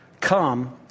Come